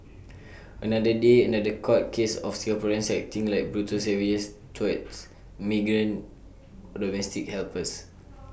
another day another court case of Singaporeans acting like brutal savages towards migrant domestic helpers